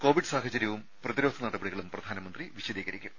Covid സാഹചര്യവും പ്രതിരോധ നട പടികളും പ്രധാനമന്ത്രി വിശദീകരിക്കും